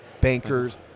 Bankers